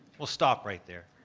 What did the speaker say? we'll stop right there.